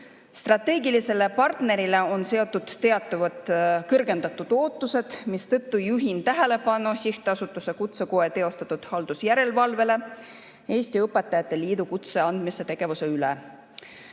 Strateegilisele partnerile on seatud teatavad kõrgendatud ootused, mistõttu juhin tähelepanu Sihtasutuse Kutsekoda teostatud haldusjärelevalvele kutse andmise tegevuse üle